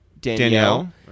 danielle